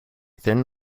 thin